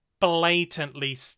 blatantly